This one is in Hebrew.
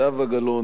זהבה גלאון,